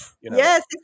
yes